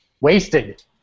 Wasted